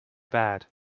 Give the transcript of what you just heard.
bad